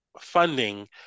funding